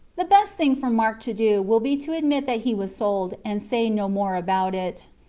the best thing for mark to do will be to admit that he was sold, and say no more about it.